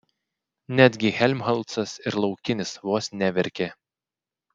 netgi helmholcas ir laukinis vos neverkė